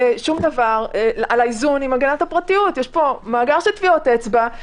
יש פה מאגר של טביעות אצבע,